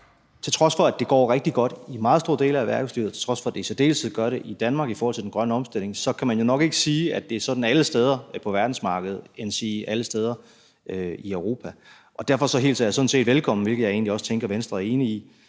til trods for at det går rigtig godt i meget store dele af erhvervslivet, og til trods for at det i særdeleshed gør det i Danmark i forhold til den grønne omstilling, jo nok ikke kan sige, at det er sådan alle steder på verdensmarkedet, endsige alle steder i Europa. Derfor hilser jeg sådan set velkommen – hvilket jeg egentlig også tænker at Venstre er enig i